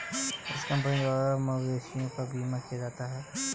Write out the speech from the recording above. इस कंपनी द्वारा मवेशियों का बीमा किया जाता है